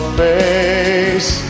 face